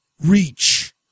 reach